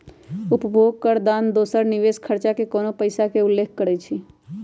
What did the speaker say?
उपभोग कर आन दोसर निवेश खरचा पर कोनो पइसा के उल्लेख करइ छै